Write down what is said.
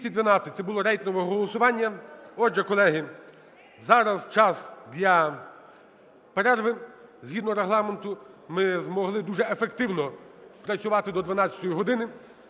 Це було рейтингове голосування. Отже, колеги, зараз час для перерви згідно Регламенту. Ми змогли дуже ефективно працювати до 12 години.